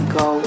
go